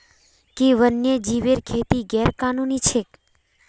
कि वन्यजीवेर खेती गैर कानूनी छेक?